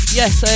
yes